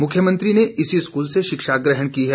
मुख्यमंत्री ने इसी स्कूल से शिक्षा ग्रहण की है